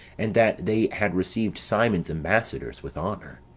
and that they had received simon's ambassadors with honour